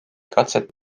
katset